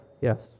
yes